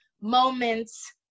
moments